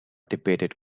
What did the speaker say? debated